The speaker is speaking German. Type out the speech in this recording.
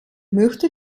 möchte